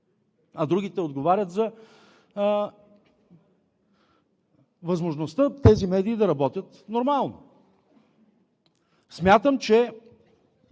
защото отговарят за възможността тези медии да работят нормално. Смятам, че